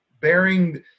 bearing